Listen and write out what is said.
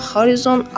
Horizon